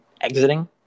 exiting